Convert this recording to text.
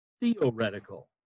theoretical